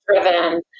driven